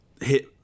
hit